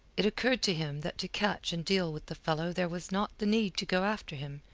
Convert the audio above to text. it occurred to him that to catch and deal with the fellow there was not the need to go after him,